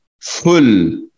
full